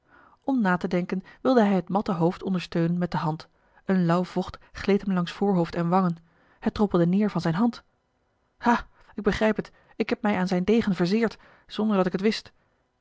om na te denken wilde hij het matte hoofd ondersteunen met de hand een lauw vocht gleed hem langs voorhoofd en wangen het droppelde neer van zijne hand ha ik begrijp het ik heb mij aan zijn degen verzeerd zonder dat ik het wist